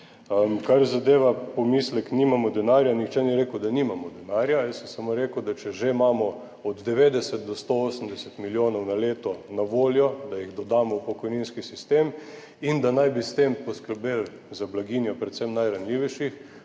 Kar zadeva pomislek »nimamo denarja«. Nihče ni rekel, da nimamo denarja. Jaz sem samo rekel, da če že imamo od 90 do 180 milijonov na leto na voljo, da jih dodamo v pokojninski sistem, da naj bi s tem poskrbeli za blaginjo predvsem najranljivejših,